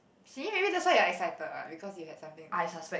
see maybe that's why you're excited what because you had something to look forward to